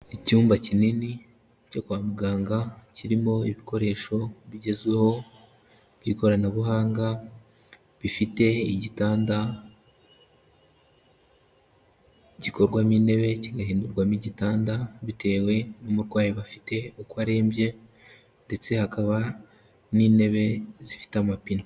Icyumba kinini cyo kwa muganga, kirimo ibikoresho bigezweho by'ikoranabuhanga, bifite igitanda gikorwamo intebe kigahindurwamo igitanda bitewe n'umurwayi bafite uko arembye, ndetse hakaba n'intebe zifite amapine.